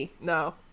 No